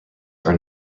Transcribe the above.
are